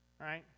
Right